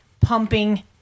pumping